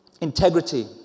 Integrity